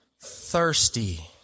thirsty